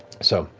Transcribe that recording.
so.